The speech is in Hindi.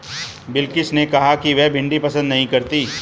बिलकिश ने कहा कि वह भिंडी पसंद नही करती है